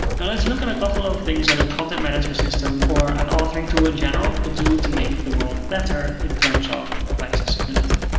now let's look at a couple of things that a content management system or an authoring tool in general could do to make the world better in terms of of accessibility.